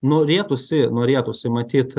norėtųsi norėtųsi matyt